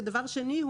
ודבר שני,